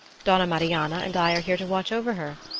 donna marianna and i are here to watch over her.